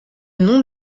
nom